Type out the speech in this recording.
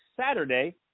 Saturday